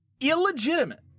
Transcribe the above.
illegitimate